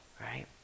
right